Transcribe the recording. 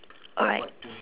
alright